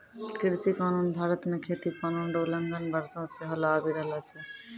कृषि कानून भारत मे खेती कानून रो उलंघन वर्षो से होलो आबि रहलो छै